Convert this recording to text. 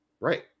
Right